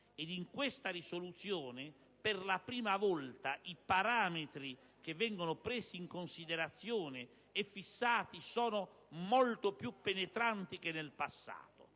che in questa risoluzione per la prima volta i parametri che vengono presi in considerazione e fissati sono molto più penetranti che nel passato;